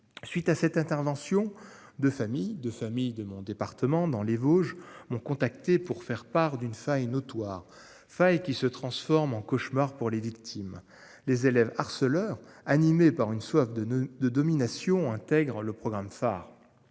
suite à cette intervention de famille de famille de mon département dans les Vosges ont contacté pour faire part d'une faille notoire failles qui se transforme en cauchemar pour les victimes les élèves harceleurs animé par une soif de ne de domination intègre le programme phare.